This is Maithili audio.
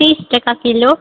तीस टका किलो